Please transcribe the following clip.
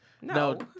No